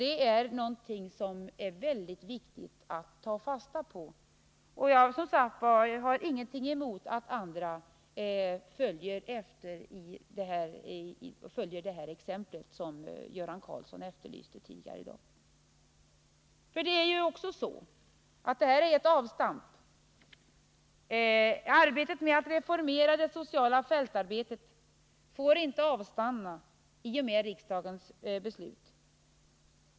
Det är någonting som det är väldigt viktigt att ta fasta på. Jag har som sagt ingenting emot att andra följer det exempel som Göran Karlsson efterlyste tidigare i dag. Arbetet med att reformera det sociala fältarbetet får inte avstanna i och med riksdagens beslut.